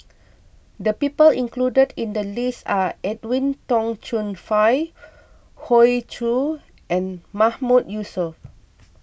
the people included in the list are Edwin Tong Chun Fai Hoey Choo and Mahmood Yusof